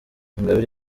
ingabire